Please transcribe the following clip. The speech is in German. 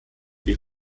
die